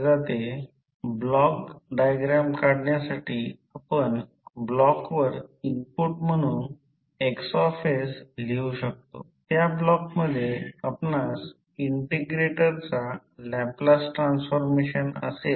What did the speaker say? तर येथे ते भरा ते Fm 2 π R ampere turn per metre असेल किंवा H Fm l ampere turn per metre लिहू शकतो प्रत्यक्षात l मीन फ्लक्स पाथची लेंथ म्हणजे 2πR इतका सर्क्यम्फरेन्स आहे तर H Fm l आहे